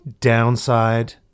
downside